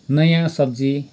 नयाँ सब्जी